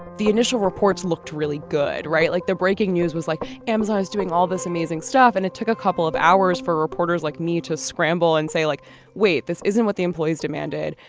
the initial reports looked really good right. like the breaking news was like amazon was doing all this amazing stuff and it took a couple of hours for reporters like me to scramble and say like wait. this isn't what the employees demanded.